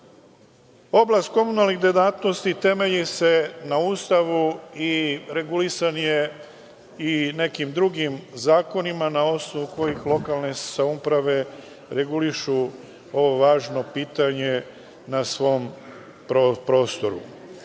komunalnih delatnosti temelji se na Ustavu i regulisanje nekim drugim zakonima, a na osnovu kojih lokalne samouprave regulišu ovo važno pitanje na svom prostoru. Ovim